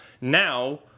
now